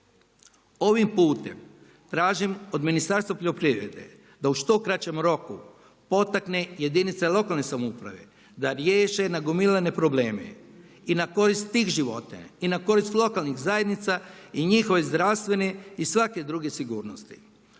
Ovim putem tražim od Ministarstvo poljoprivrede da u što kraćem roku potakne jedinice lokalne samouprave da riješe nagomilane probleme i na korist tih životinja i na korist lokalnih zajednica i njihove zdravstvene i svake druge sigurnosti.